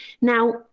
Now